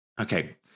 Okay